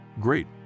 great